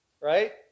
Right